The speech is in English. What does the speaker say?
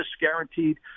guaranteed